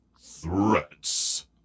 Threats